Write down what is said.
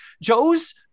Joe's